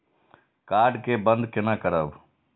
Card के बन्द केना करब?